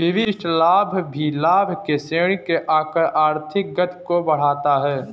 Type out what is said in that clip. विशिष्ट लाभ भी लाभ की श्रेणी में आकर आर्थिक गति को बढ़ाता है